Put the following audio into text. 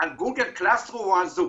על גוגל קלאס רום או זום?